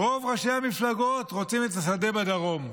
רוב ראשי המפלגות רוצים את השדה בדרום.